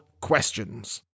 questions